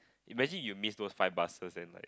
imagine you miss those five buses and like